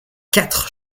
quatre